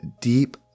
deep